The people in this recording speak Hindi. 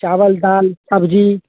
चावल दाल सब्ज़ी